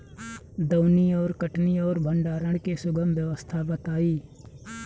दौनी और कटनी और भंडारण के सुगम व्यवस्था बताई?